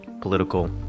political